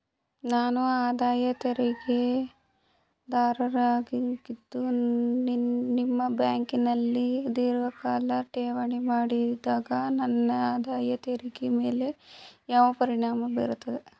ನಾನು ಆದಾಯ ತೆರಿಗೆದಾರನಾಗಿದ್ದು ನಿಮ್ಮ ಬ್ಯಾಂಕಿನಲ್ಲಿ ಧೀರ್ಘಕಾಲ ಠೇವಣಿ ಮಾಡಿದಾಗ ನನ್ನ ಆದಾಯ ತೆರಿಗೆ ಮೇಲೆ ಯಾವ ಪರಿಣಾಮ ಬೀರುತ್ತದೆ?